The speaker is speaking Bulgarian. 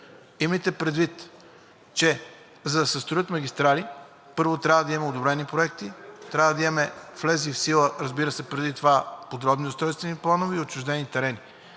Имайте предвид, че за да се строят магистрали, първо, трябва да има одобрени проекти, трябва да имаме влезли в сила, разбира се, преди това, подробни устройствени планове и отчуждени терени.